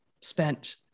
spent